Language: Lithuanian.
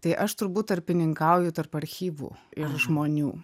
tai aš turbūt tarpininkauju tarp archyvų ir žmonių